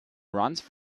runs